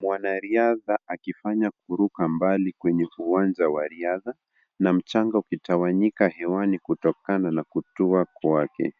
Mwanariadha akifanya kuruka mbali kwenye uwanja wa riadha na mchanga ukitawanyika hewani kutokana na kutua kwake.